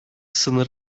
sınır